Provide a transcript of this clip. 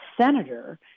senator